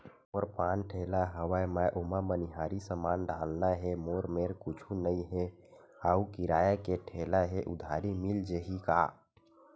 मोर पान ठेला हवय मैं ओमा मनिहारी समान डालना हे मोर मेर कुछ नई हे आऊ किराए के ठेला हे उधारी मिल जहीं का?